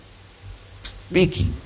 speaking